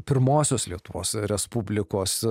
pirmosios lietuvos respublikos